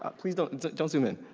ah please don't and don't zoom in.